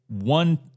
one